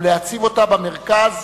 ולהציב אותה במרכז,